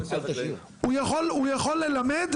הוא יכול ללמד,